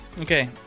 Okay